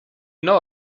know